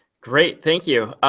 great, thank you.